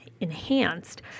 enhanced